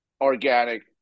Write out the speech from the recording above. organic